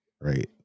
Right